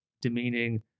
demeaning